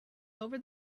over